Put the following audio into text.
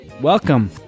Welcome